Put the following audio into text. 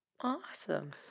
Awesome